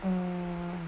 err